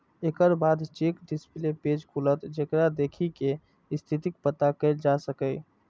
एकर बाद check display page खुलत, जेकरा देखि कें स्थितिक पता कैल जा सकैए